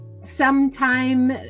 sometime